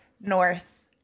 north